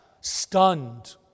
stunned